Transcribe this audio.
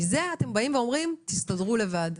מזה אתם באים ואומרים: תסתדרו לבד.